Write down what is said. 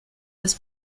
das